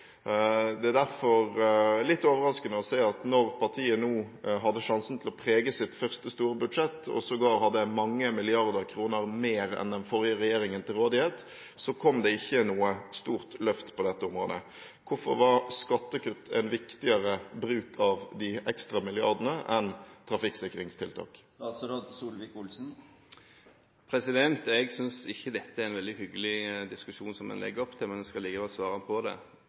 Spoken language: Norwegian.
Det er derfor litt overraskende, når partiet nå hadde sjansen til å prege sitt første store budsjett – og sågar hadde mange milliarder kroner mer til rådighet enn det den forrige regjeringen hadde – at det ikke kom noe stort løft på dette området. Hvorfor var skattekutt en viktigere bruk av de ekstra milliardene enn trafikksikringstiltak? Jeg synes ikke det er en veldig hyggelig diskusjon en legger opp til. Jeg skal likevel svare på dette. Den nye regjeringen bruker over 2 mrd. kr mer på samferdselsformål enn det